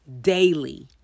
daily